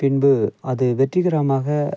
பின்பு அது வெற்றிகரமாக